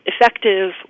effective